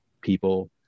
people